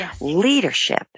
Leadership